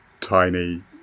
tiny